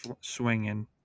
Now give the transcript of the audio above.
swinging